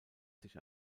sich